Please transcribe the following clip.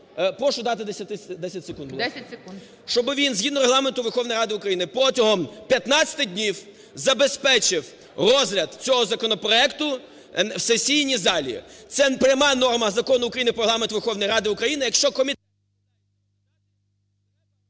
ЛЕВЧЕНКО Ю.В. ... щоби він згідно Регламенту Верховної Ради України протягом 15 днів забезпечив розгляд цього законопроекту в сесійній залі, це пряма норма Закону України "Про Регламент Верховної Ради України".